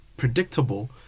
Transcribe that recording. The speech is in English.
predictable